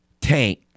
tank